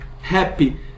happy